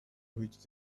reached